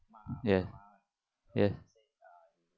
yes yes